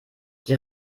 die